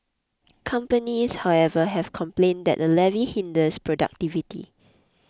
companies however have complained that the levy hinders productivity